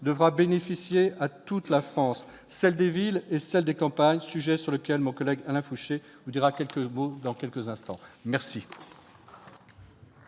devra bénéficier à toute la France, celle des villes comme celle des campagnes, sujet sur lequel mon collègue Alain Fouché vous dira quelques mots dans quelques instants. La